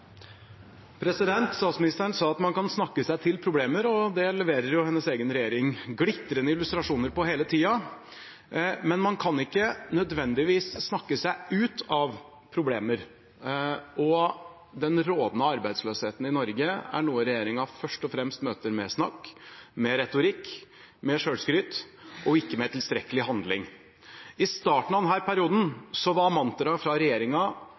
Statsministeren sa at man kan snakke seg til problemer, og det leverer jo hennes egen regjering glitrende illustrasjoner på hele tida. Men man kan ikke nødvendigvis snakke seg ut av problemer, og den rådende arbeidsløsheten i Norge er noe regjeringen først og fremst møter med snakk, med retorikk, med selvskryt og ikke med tilstrekkelig handling. I starten av denne perioden var mantraet fra